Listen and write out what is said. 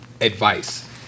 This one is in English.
advice